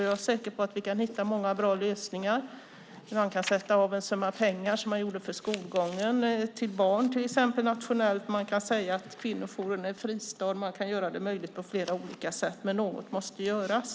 Jag är säker på att vi kan hitta många bra lösningar. Man kan sätta av en summa pengar nationellt som man gjorde när det gällde skolgången för papperslösa barn. Man kan säga att kvinnojourerna är en fristad. Man kan göra det möjligt på flera olika sätt. Men något måste göras.